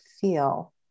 feel